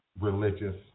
religious